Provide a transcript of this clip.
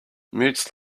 mutes